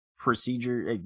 procedure